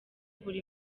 buri